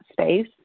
space